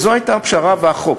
זאת הייתה הפשרה לפי החוק.